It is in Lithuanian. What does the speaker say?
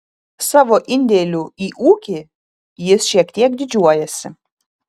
savo indėliu į ūkį jis šiek tiek didžiuojasi